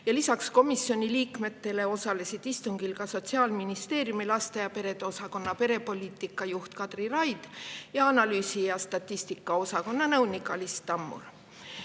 Lisaks komisjoni liikmetele osalesid istungil Sotsiaalministeeriumi laste ja perede osakonna perepoliitika juht Kadri Raid ja analüüsi ja statistika osakonna nõunik Alis Tammur.